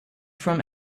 from